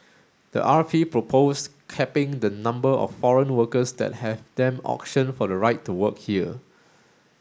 the R P proposed capping the number of foreign workers that have them auction for the right to work here